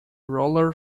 roller